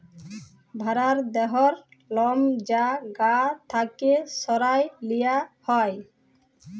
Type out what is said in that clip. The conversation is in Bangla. ভ্যারার দেহর লম যা গা থ্যাকে সরাঁয় লিয়া হ্যয়